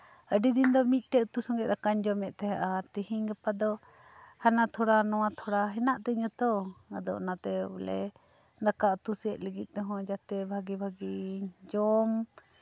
ᱟᱹᱰᱤ ᱫᱤᱱ ᱫᱚ ᱢᱤᱫᱴᱮᱱ ᱩᱛᱩ ᱥᱟᱛᱮᱜ ᱫᱟᱠᱟᱧ ᱡᱚᱢᱮᱫ ᱛᱟᱦᱮᱸᱱᱟ ᱛᱮᱦᱤᱧ ᱜᱟᱯᱟ ᱫᱚ ᱦᱟᱱᱟ ᱛᱷᱚᱲᱟ ᱱᱚᱶᱟ ᱛᱷᱚᱲᱟ ᱦᱮᱱᱟᱜ ᱛᱤᱧᱟᱹ ᱛᱚ ᱟᱫᱚ ᱚᱱᱟ ᱛᱮ ᱵᱚᱞᱮ ᱫᱟᱠᱟ ᱩᱛᱩ ᱥᱮᱫ ᱞᱟᱹᱜᱤᱫ ᱛᱮ ᱦᱚᱸ ᱵᱚᱞᱮ ᱵᱷᱟᱹᱜᱤ ᱵᱷᱟᱹᱜᱤ ᱡᱚᱢ